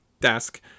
desk